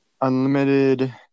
Unlimited